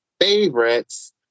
favorites